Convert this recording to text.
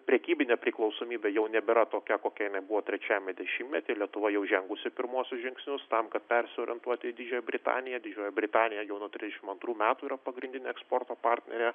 prekybinė priklausomybė jau nebėra tokia kokia jinai buvo trečiame dešimtmetyje lietuva jau žengusi pirmuosius žingsnius tam kad persiorientuoti į didžiąją britaniją didžioji britanija jau nuo trisdešimt antrų metų yra pagrindinė eksporto partnerė